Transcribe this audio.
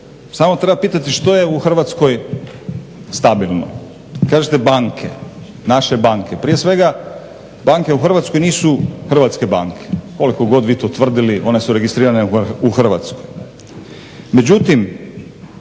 samo treba pitati što je u Hrvatskoj stabilno. Kažete banke, naše banke. Prije svega banke u Hrvatskoj nisu hrvatske banke, koliko god vi to tvrdili. One su registrirane u Hrvatskoj.